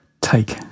take